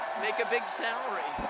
make a big salary.